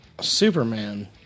Superman